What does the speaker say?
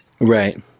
right